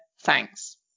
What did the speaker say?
Thanks